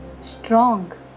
strong